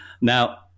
Now